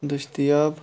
دٔستِیاب